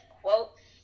quotes